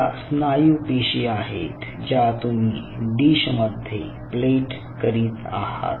या स्नायू पेशी आहेत ज्या तुम्ही डिश मध्ये प्लेट करीत आहात